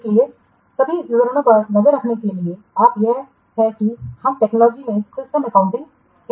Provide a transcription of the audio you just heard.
इसलिए सभी विवरणों पर नज़र रखने के लिए आप यह है कि हम टेक्नोलॉजी में सिस्टम एकाउंटिंग कहते हैं